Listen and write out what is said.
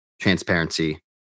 transparency